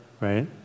right